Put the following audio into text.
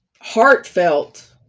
heartfelt